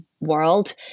world